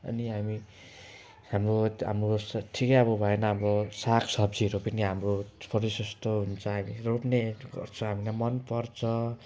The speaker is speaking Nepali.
अनि हामी हाम्रो तो हाम्रो ठिकै भएन हाम्रो सागसब्जीहरू पनि हाम्रो प्रशस्त रोप्नेहरू गर्छ हामीलाई मन पर्छ